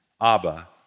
Abba